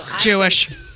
Jewish